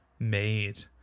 made